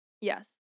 Yes